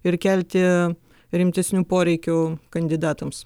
ir kelti rimtesnių poreikių kandidatams